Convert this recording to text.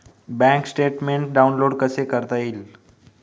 Bank statement download कसे करता येईल?